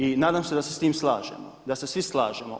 I nadam se da se s tim slažemo, da se svi slažemo.